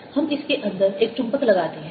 और हम इसके अंदर एक चुंबक लगाते हैं